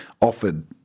offered